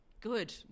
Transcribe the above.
Good